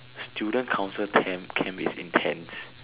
student council camp is intense